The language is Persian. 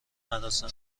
مراسم